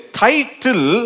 title